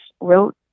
wrote